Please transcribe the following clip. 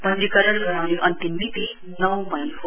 पञ्जीकरण गराउने अन्तिम मिति नौ मई हो